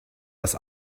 das